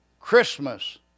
Christmas